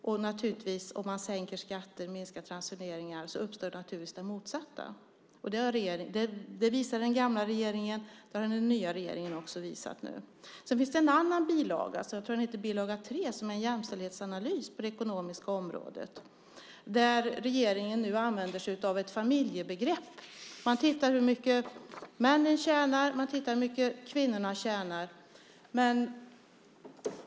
Om skatterna sänks och transfereringarna blir färre uppstår det motsatta. Det visade den gamla regeringen, och det har den nya regeringen visat. I bil. 3 visas en jämställdhetsanalys på det ekonomiska området. Regeringen använder sig nu av ett familjebegrepp. Man tittar på hur mycket männen tjänar och på hur mycket kvinnorna tjänar.